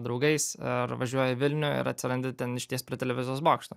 draugais ir važiuoji į vilnių ir atsirandi ten išties prie televizijos bokšto